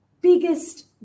biggest